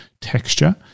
texture